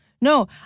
No